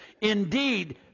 Indeed